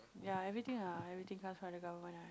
ya everything ah everything comes from the government ah